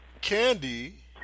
Candy